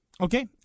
Okay